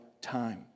time